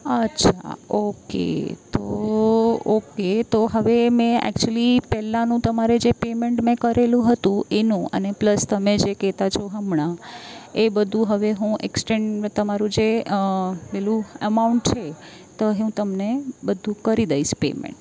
અચ્છા ઓકે તો ઓકે તો હવે મેં એક્ચુલી પહેલાંનું તમારે જે પેમેન્ટ મેં કરેલું હતું એનું અને પ્લસ તમે જે કહેતા છો હમણાં એ બધું હવે હું એક્સટેન્ડ તમારું જે પહેલું અમાઉન્ટ છે તો હું તમને બધું કરી દઈશ પેમેન્ટ ઓકે